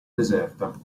deserta